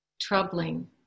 troubling